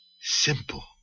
simple